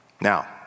Now